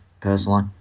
personally